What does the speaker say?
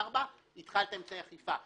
4 ויתחילו באמצעי אכיפה.